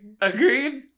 agreed